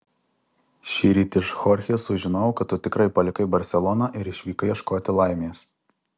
šįryt iš chorchės sužinojau kad tu tikrai palikai barseloną ir išvykai ieškoti laimės